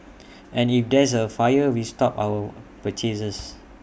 and if there's A fire we stop our purchases